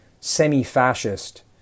semi-fascist